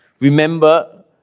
Remember